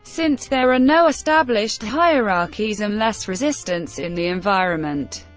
since there are no established hierarchies and less resistance in the environment.